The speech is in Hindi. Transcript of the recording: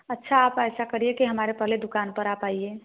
अच्छा आप ऐसा करिए कि हमारे पहले दुकान पर आप आइए